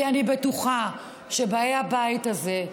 כי אני בטוחה שבאי הבית הזה,